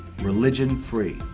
religion-free